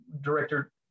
director